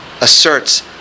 Asserts